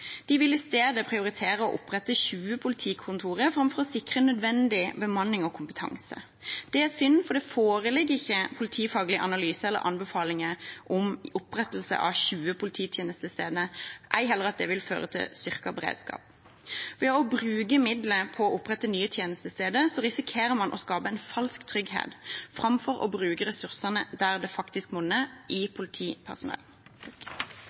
De vil prioritere å opprette 20 politikontorer framfor å sikre nødvendig bemanning og kompetanse. Det er synd, for det foreligger ikke politifaglige analyser eller anbefalinger om opprettelse av 20 polititjenestesteder, ei heller om at det vil føre til styrket beredskap. Ved å bruke midler på å opprette nye tjenestesteder risikerer man å skape en falsk trygghet framfor å bruke ressursene der de faktisk monner – på politipersonell. Statsråden pekte i